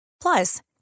Plus